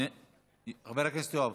מוותר,